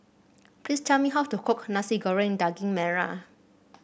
please tell me how to cook Nasi Goreng Daging Merah